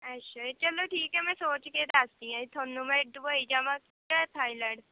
ਅੱਛਾ ਜੀ ਚਲੋ ਠੀਕ ਹੈ ਮੈਂ ਸੋਚ ਕੇ ਦੱਸਦੀ ਹਾਂ ਜੀ ਤੁਹਾਨੂੰ ਮੈਂ ਦੁਬਈ ਜਾਵਾਂ ਜਾਂ ਥਾਈਲੈਂਡ